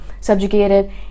subjugated